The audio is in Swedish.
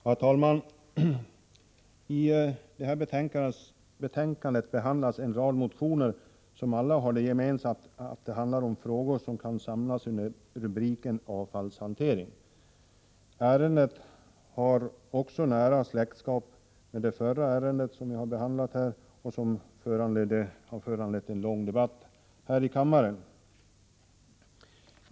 Herr talman! I det här betänkandet behandlas en rad motioner som alla har det gemensamt att de rör frågor som kan samlas under rubriken avfallshantering. Ärendet har nära släktskap med det förra, som föranledde en lång debatt här i kammaren.